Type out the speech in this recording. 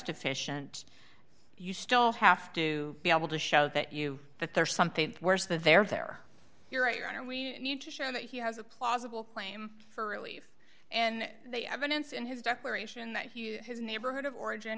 deficient you still have to be able to show that you that there's something worse that there are there you're right your honor we need to show that he has a plausible claim for relief and the evidence in his declaration that his neighborhood of origin